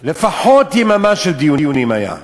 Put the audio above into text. לפחות יממה של דיונים הייתה.